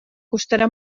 costarà